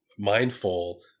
mindful